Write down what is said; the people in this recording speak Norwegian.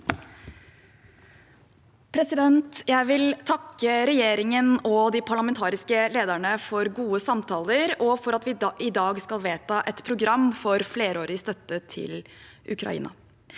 Jeg vil takke regjeringen og de parlamentariske lederne for gode samtaler og for at vi i dag skal vedta et program for flerårig støtte til Ukraina.